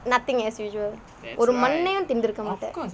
nothing as usual ஒரு மண்ணையும் தின்னிருக்க மாட்டே:oru mannaiyum thinnirukka maattae